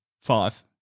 Five